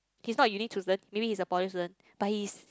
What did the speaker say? he's not maybe is a poly student but he's